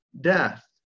death